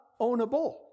ownable